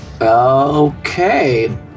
Okay